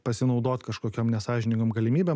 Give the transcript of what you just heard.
pasinaudot kažkokiom nesąžiningom galimybėm